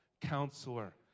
Counselor